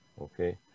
okay